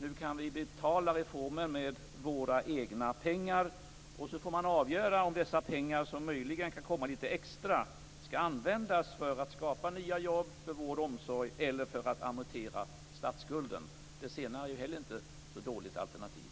Nu kan vi betala reformer med våra egna pengar, och så får man avgöra om de extra pengar som möjligen kan komma skall användas för att skapa nya jobb inom vård och omsorg eller för att amortera statsskulden, det senare är ju heller inte ett så dåligt alternativ.